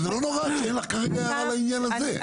אבל זה לא נורא שאין לך כרגע הערה לעניין הזה.